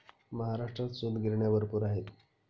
महाराष्ट्रात सूतगिरण्या भरपूर आहेत